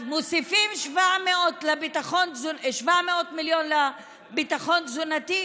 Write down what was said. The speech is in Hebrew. אז מוסיפים 700 מיליון לביטחון תזונתי,